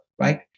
right